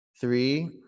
Three